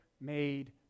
made